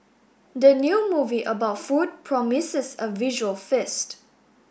the new movie about food promises a visual feast